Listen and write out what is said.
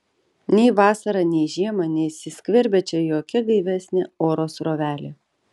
nei vasarą nei žiemą neįsiskverbia čia jokia gaivesnė oro srovelė